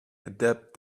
adapt